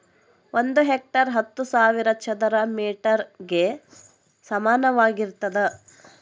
ಒಂದು ಹೆಕ್ಟೇರ್ ಹತ್ತು ಸಾವಿರ ಚದರ ಮೇಟರ್ ಗೆ ಸಮಾನವಾಗಿರ್ತದ